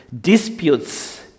disputes